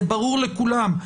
זה ברור לכולם,